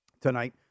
tonight